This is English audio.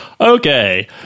Okay